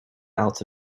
out